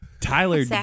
Tyler